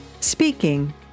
speaking